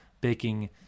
baking